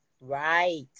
Right